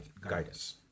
guidance